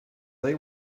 they